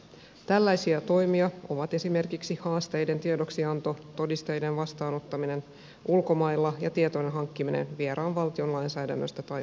tällaisia toimia ovat esimerkiksi haasteiden tiedoksianto todisteiden vastaanottaminen ulkomailla ja tietojen hankkiminen vieraan valtion lainsäädännöstä tai oikeusjärjestyksestä